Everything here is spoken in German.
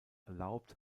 erlaubt